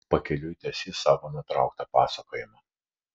pakeliui tęsi savo nutrauktą pasakojimą